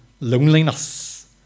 loneliness